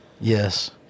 Yes